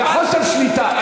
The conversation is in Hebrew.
לחוסר שליטה.